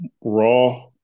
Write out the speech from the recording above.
Raw